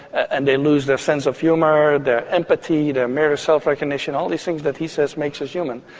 and they lose their sense of humour, their empathy, their mirror self-recognition, all these things that he says makes us human.